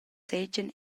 seigien